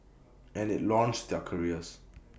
and IT launched their careers